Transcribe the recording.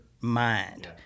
mind